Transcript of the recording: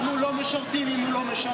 אנחנו לא משרתים אם הוא לא משרת,